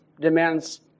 demands